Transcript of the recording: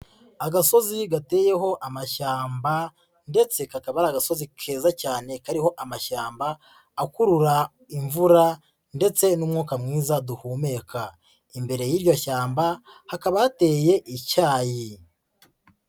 Agasozi gateyeho amashyamba ndetse kakaba ari agasozi keza cyane kariho amashyamba, akurura imvura ndetse n'umwuka mwiza duhumeka, imbere y'iryo shyamba hakaba hateye icyayi.